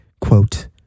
quote